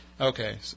Okay